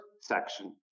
section